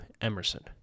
Emerson